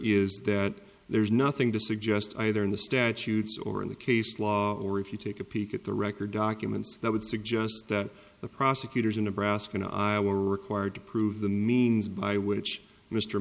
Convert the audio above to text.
is that there's nothing to suggest either in the statutes or in the case law or if you take a peek at the record documents that would suggest that the prosecutors in nebraska and iowa are required to prove the means by which mr